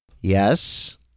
Yes